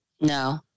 No